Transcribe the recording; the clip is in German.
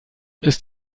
ist